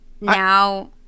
now